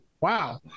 wow